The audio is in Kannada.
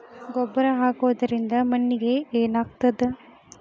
ಗೊಬ್ಬರ ಹಾಕುವುದರಿಂದ ಮಣ್ಣಿಗೆ ಏನಾಗ್ತದ?